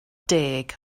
deg